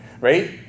right